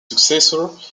successors